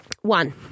One